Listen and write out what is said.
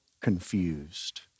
confused